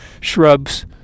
shrubs